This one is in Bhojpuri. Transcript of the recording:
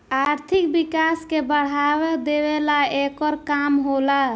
आर्थिक विकास के बढ़ावा देवेला एकर काम होला